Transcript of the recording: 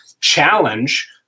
challenge